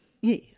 Yes